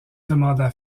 demanda